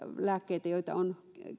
lääkkeitä joita on